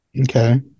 Okay